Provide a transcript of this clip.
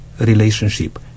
Relationship